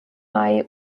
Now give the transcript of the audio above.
mai